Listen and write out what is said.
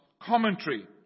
commentary